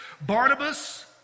Barnabas